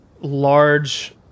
large